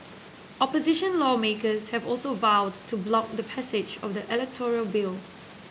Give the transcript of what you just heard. opposition lawmakers have also vowed to block the passage of the electoral bill